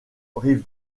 rive